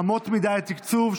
אמות מידה לתקצוב),